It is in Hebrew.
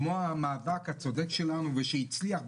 כמו המאבק הצודק שלנו שהצליח,